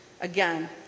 Again